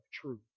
truth